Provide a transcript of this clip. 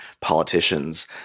politicians